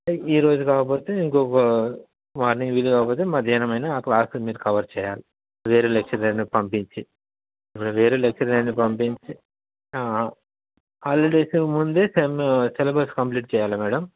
ఈరోజు కాకపోతే ఇంకొక మార్నింగ్ వీలు కాకపోతే మధ్యాహ్నం అయినా ఆ క్లాస్ని మీరు కవర్ చేయాలి వేరే లెక్చరర్ని పంపించి వేరే లెక్చరర్ని పంపించి హాలిడేసుకు ముందే సెమ్ సిలబస్ కంప్లీట్ చేయాలి మేడం